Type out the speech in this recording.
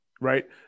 Right